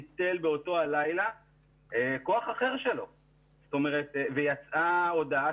ביטל באותו לילה כוח אחר שלו ויצאה הודעה